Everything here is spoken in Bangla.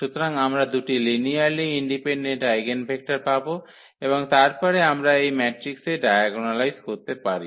সুতরাং আমরা দুটি লিনিয়ারলি ইন্ডিপেনডেন্ট আইগেনভেক্টর পাব এবং তারপরে আমরা এই ম্যাট্রিক্সকে ডায়াগোনালাইজ করতে পারি